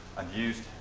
and used